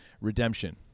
Redemption